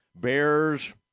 Bears